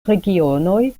regionoj